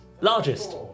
Largest